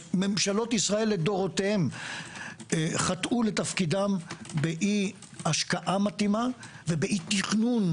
ממשלות ישראל לדורותיהן חטאו לתפקידן באי השקעה מתאימה ובאי תכנון.